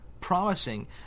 promising